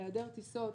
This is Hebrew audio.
בהיעדר טיסות,